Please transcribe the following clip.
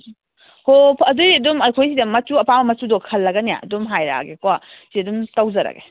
ꯍꯣ ꯑꯗꯨꯏꯗꯤ ꯑꯗꯨꯝ ꯑꯩꯈꯣꯏ ꯁꯤꯗ ꯃꯆꯨ ꯑꯄꯥꯝꯕ ꯃꯆꯨꯗꯣ ꯈꯜꯂꯒꯅꯦ ꯑꯗꯨꯝ ꯍꯥꯏꯔꯛꯑꯒꯦꯀꯣ ꯁꯤ ꯑꯗꯨꯝ ꯇꯧꯖꯔꯒꯦ